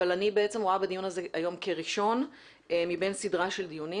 אבל אני רואה בדיון הזה כראשון מבין סדרה של דיונים,